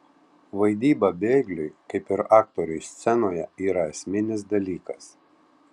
vaidyba bėgliui kaip ir aktoriui scenoje yra esminis dalykas